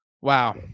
wow